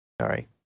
Sorry